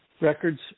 records